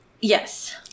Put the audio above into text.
Yes